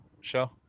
show